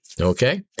Okay